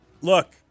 look